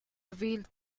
revealed